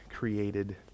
created